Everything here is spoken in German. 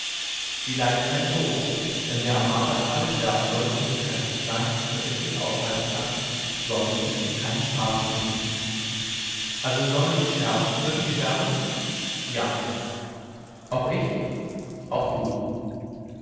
sie leiden keine not denn wer am marterpfahle sterben soll muß kräftig sein daß er viel aushalten kann sonst ist es keine strafe für ihn also sie sollen sterben wirklich sterben ja auch ich auch du